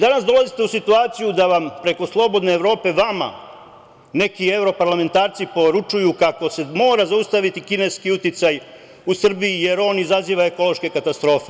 Danas dolazite u situaciju da vam preko „Slobodne Evrope“ vama neki evroparlamentarci poručuju kako se mora zaustaviti kineski uticaj u Srbiji, jer on izaziva ekološke katastrofe.